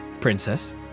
princess